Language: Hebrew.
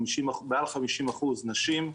מעל 50% נשים.